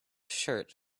shirt